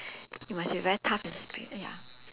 you must be very tough in spir~ ya